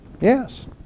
yes